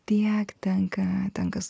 tiek tenka tenka